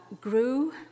grew